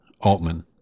Altman